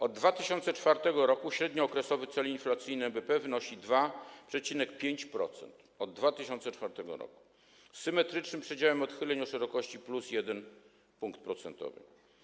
Od 2004 r. średniookresowy cel inflacyjny NBP wynosi 2,5% od 2004 r. z symetrycznym przedziałem odchyleń o szerokości plus/minus 1 punkt procentowy.